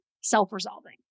self-resolving